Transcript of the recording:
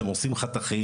הם עושים חתכים.